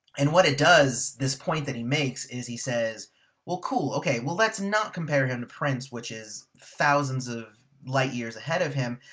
and what it does this point that he makes is he says well cool, okay? well, that's not comparing him to prince, which is thousands of light years ahead of him.